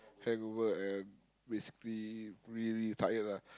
hangover and basically really tired lah